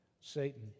Satan